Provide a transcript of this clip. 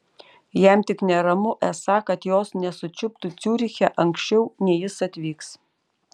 jam tik neramu esą kad jos nesučiuptų ciuriche anksčiau nei jis atvyks